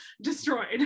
destroyed